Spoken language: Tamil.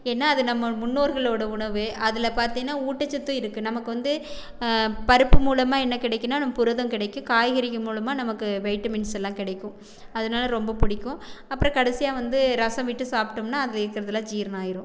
ஏன்னா அது நம்ம முன்னோர்களோட உணவு அதில் பார்த்தீங்கனா ஊட்டச்சத்து இருக்கு நமக்கு வந்து பருப்பு மூலமாக என்ன கிடைக்கிதுனா புரதம் கிடைக்கும் காய்கறிகள் மூலமாக நமக்கு வைட்டமின்ஸ் எல்லாம் கிடைக்கும் அதனால் ரொம்ப பிடிக்கும் அப்புறம் கடைசியாக வந்து ரசம் விட்டு சாப்பிட்டோம்னா அதில் இருக்கிறதுல ஜீரணம் ஆயிடும்